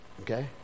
okay